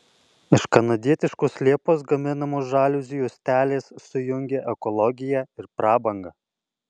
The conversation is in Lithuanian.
iš kanadietiškos liepos gaminamos žaliuzių juostelės sujungia ekologiją ir prabangą